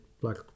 Black